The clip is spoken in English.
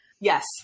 Yes